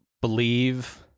believe